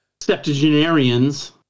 septuagenarians